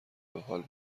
بحال